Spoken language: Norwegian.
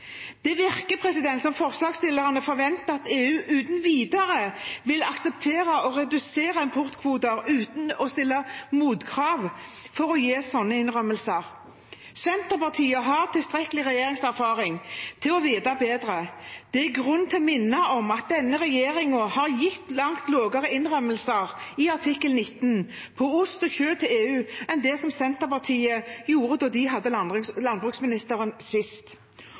Det virker som om forslagsstillerne forventer at EU uten videre vil akseptere å redusere importkvoter uten å stille motkrav for å gi slike innrømmelser. Senterpartiet har tilstrekkelig regjeringserfaring til å vite bedre. Det er grunn til å minne om at denne regjeringen har gitt langt mindre innrømmelser i artikkel 19 for ost og kjøtt til EU enn det Senterpartiet gjorde da de sist hadde landbruksministeren.